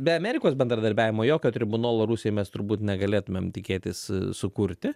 be amerikos bendradarbiavimo jokio tribunolo rusijai mes turbūt negalėtumėm tikėtis sukurti